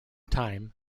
time